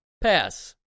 Pass